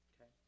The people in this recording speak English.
Okay